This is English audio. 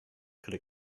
could